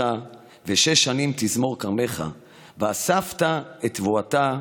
ושש שנים תזמֹר כרמך ואספת את תבואתה.